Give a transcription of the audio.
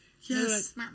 Yes